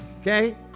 okay